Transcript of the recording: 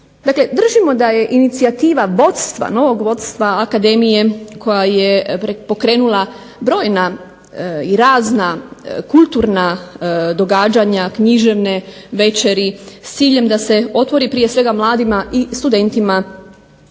držimo da je inicijativa novog vodstva akademije koja je pokrenula brojna i razna kulturna događanja, književne večeri s ciljem da se otvori prije svega mladima i studentima